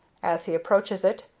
as he approaches it,